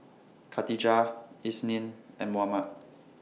Khatijah Isnin and Muhammad